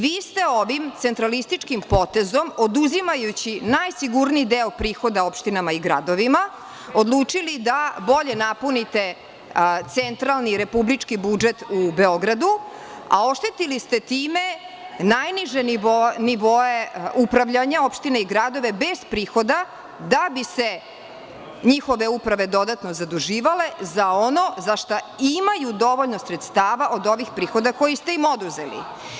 Vi ste ovim centralističkim potezom, oduzimajući najsigurniji deo prihoda opštinama i gradovima, odlučili da bolje napunite centralni republički budžet u Beogradu, a oštetili ste time najniže nivoe upravljanja opština i gradova bez prihoda, da bi se njihove uprave dodatno zaduživalo za ono za šta imaju dovoljno sredstava od ovih prihoda koje ste im oduzeli.